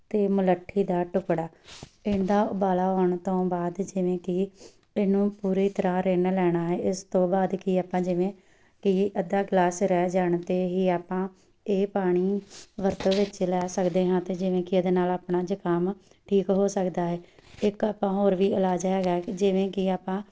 ਅਤੇ ਮੁਲੱਠੀ ਦਾ ਟੁਕੜਾ ਇਹਦਾ ਉਬਾਲਾ ਆਉਣ ਤੋਂ ਬਾਅਦ ਜਿਵੇਂ ਕਿ ਇਹਨੂੰ ਪੂਰੀ ਤਰ੍ਹਾਂ ਰਿੰਨ ਲੈਣਾ ਹੈ ਇਸ ਤੋਂ ਬਾਅਦ ਕਿ ਆਪਾਂ ਜਿਵੇਂ ਕਿ ਅੱਧਾ ਗਲਾਸ ਰਹਿ ਜਾਣ 'ਤੇ ਹੀ ਆਪਾਂ ਇਹ ਪਾਣੀ ਵਰਤੋਂ ਵਿੱਚ ਲੈ ਸਕਦੇ ਹਾਂ ਅਤੇ ਜਿਵੇਂ ਕਿ ਇਹਦੇ ਨਾਲ ਆਪਣਾ ਜ਼ੁਕਾਮ ਠੀਕ ਹੋ ਸਕਦਾ ਹੈ ਇੱਕ ਆਪਾਂ ਹੋਰ ਵੀ ਇਲਾਜ ਹੈਗਾ ਹੈ ਕਿ ਜਿਵੇਂ ਕਿ ਆਪਾਂ